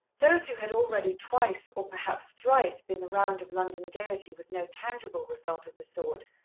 those who had already twice, or perhaps thrice, been the round of london gaiety with no tangible result of the sort,